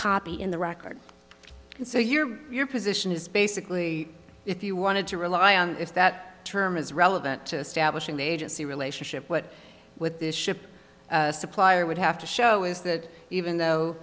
copy in the record so your your position is basically if you wanted to rely on if that term is relevant to establishing the agency relationship what with this ship supplier would have to show is that even though